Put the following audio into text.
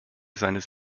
seines